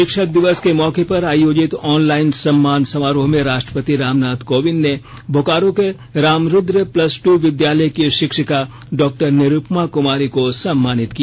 शिक्षक दिवस के मौके पर आयोजित ऑनलाईन सम्मान समारोह में राष्ट्रपति रामनाथ कोंविद ने बोकारो के रामरूद्र प्लस द विद्यालय की शिक्षिका डॉ निरूपमा कमारी को सम्मानित किया